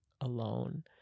alone